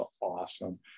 awesome